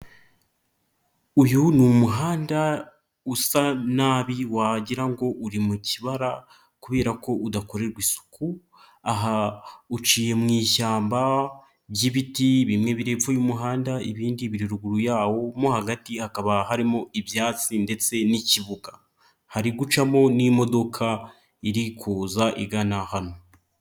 Uyu ni umuhanda usa nabi wagira ngo uri mu kibara kubera ko udakorerwa isuku, aha uciye mu ishyamba ry'ibiti bimwe biri epfo y'umuhanda, ibindi biri ruguru yawo mo hagati hakaba harimo ibyatsi ndetse n'ikibuga, hari gucamo n'imodoka iri kuza igana hano.